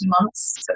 months